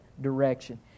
direction